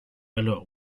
alors